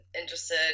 interested